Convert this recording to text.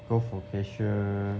go for casual